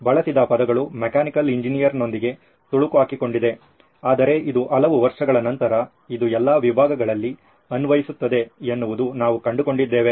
ಬಳಸಿದ ಪದಗಳು ಮೆಕ್ಯಾನಿಕಲ್ ಎಂಜಿನಿಯರಿಂಗ್ನೊಂದಿಗೆ ತೊಳಕು ಹಾಕಿಕೊಂಡಿದೆ ಆದರೆ ಇದು ಹಲವು ವರ್ಷಗಳ ನಂತರ ಇದು ಎಲ್ಲಾ ವಿಭಾಗಗಳಲ್ಲಿ ಅನ್ವಯಿಸುತ್ತದೆ ಎಂದು ನಾವು ಕಂಡುಕೊಂಡಿದ್ದೇವೆ